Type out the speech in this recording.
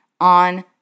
on